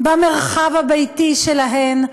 במרחב הביתי שלהן,